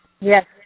Yes